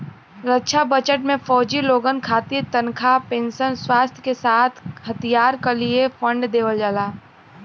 रक्षा budget में फौजी लोगन खातिर तनखा पेंशन, स्वास्थ के साथ साथ हथियार क लिए फण्ड देवल जाला